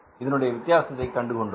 இதனுடைய வித்தியாசத்தை கண்டுகொண்டோம்